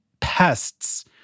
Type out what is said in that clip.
pests